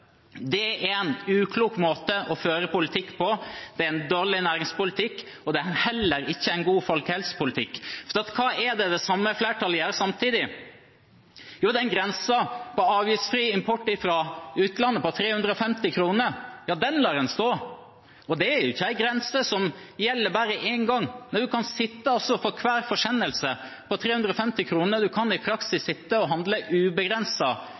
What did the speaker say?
ansiktet. Det er en uklok måte å føre politikk på. Det er dårlig næringspolitikk, og det er heller ikke god folkehelsepolitikk. Og hva er det det samme flertallet gjør samtidig? Jo, grensen på 350 kr for avgiftsfri import fra utlandet lar de stå, og det er ikke en grense som gjelder bare én gang. Man kan i praksis sitte og ubegrenset handle